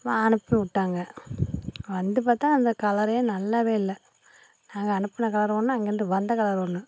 அனுப்பிவிட்டாங்க வந்து பார்த்தா அந்த கலர் நல்லாவே இல்லை நாங்கள் அனுப்புன கலர் ஒன்று அங்கேருந்து வந்த கலர் ஒன்று